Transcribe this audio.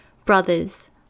Brothers